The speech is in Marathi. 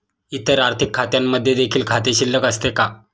इतर आर्थिक खात्यांमध्ये देखील खाते शिल्लक असते का?